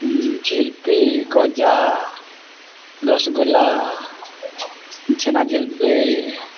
ᱡᱷᱤᱞᱯᱤ ᱜᱚᱡᱟ ᱨᱚᱥᱜᱩᱞᱞᱟ ᱪᱷᱮᱱᱟ ᱡᱷᱤᱞᱯᱤ